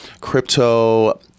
crypto